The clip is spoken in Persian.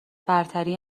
برتری